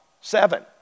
Seven